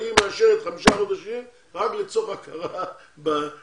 ההיא מאשרת אחרי חמישה חודשים רק לצורך הכרה בדירוג.